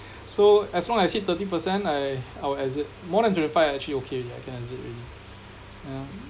so as long as hit thirty percent I I'll exit more than twenty five I actually okay already I can exit already yeah